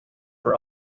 were